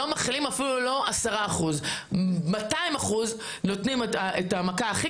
לא להכיל אפילו לא 10%. נותנים את המכה הכי